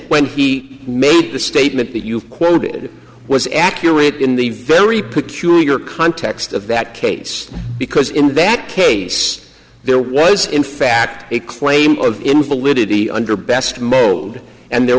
when he made the statement that you quoted was accurate in the very peculiar context of that case because in that case there was in fact a claim of invalidity under best mode and there